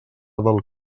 del